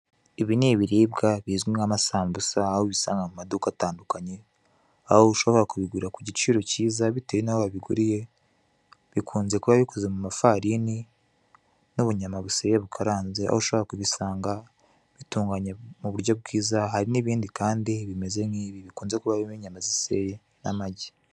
Ibi ni ibiribwa bizwi nk'amasambusa aho ubisanga mu maduka atandukanye aho ushobora kubugira ku giciro cyiza bitewe naho wabiguriye , bikunze kuba bikoze mu mafarini n'ubunyama buseye bukaranze aho ushobora kubisanga bitunganye mu muryo bwiza, hari n'ibindi kandi bimeze nk'ibi bikunze kuba birimo inyama ziseye n'amagi.